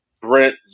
Brent